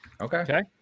Okay